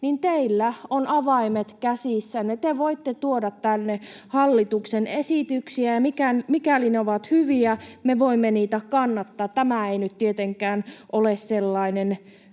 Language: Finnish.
niin teillä on avaimet käsissänne, te voitte tuoda tänne hallituksen esityksiä. Ja mikäli ne ovat hyviä, me voimme niitä kannattaa. Tämä ei nyt tietenkään ole sellainen